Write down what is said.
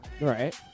Right